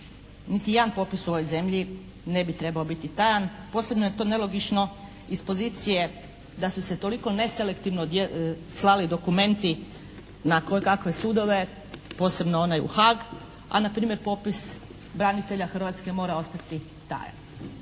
Niti jedan popis u ovoj zemlji ne bi trebao biti tajan. Posebno je to nelogično iz pozicije da su se toliko neselektivno slali dokumenti na kojekakve sudove posebno onaj u Haag, a na primjer popis branitelja Hrvatske mora ostati tajan.